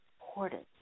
important